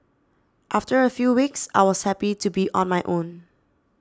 after a few weeks I was happy to be on my own